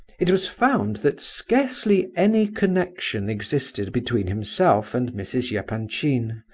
it was found that scarcely any connection existed between himself and mrs. yeah epanchin,